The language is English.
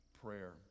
prayer